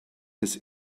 his